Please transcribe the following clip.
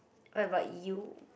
what about you